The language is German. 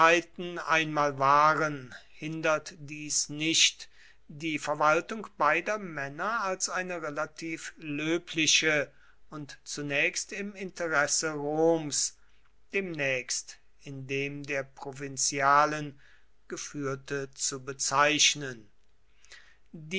einmal waren hindert dies nicht die verwaltung beider männer als eine relativ löbliche und zunächst im interesse roms demnächst in dem der provinzialen geführte zu bezeichnen